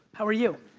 how are you?